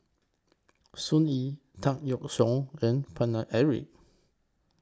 Sun Yee Tan Yeok Seong and Paine Eric